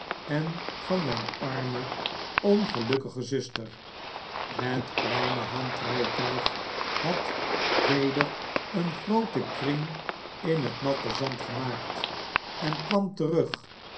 en van mp arme ongelukkige zuster het kleine handrytuig had weder eengrooten kring in het natte zand gemaakt en kwam terug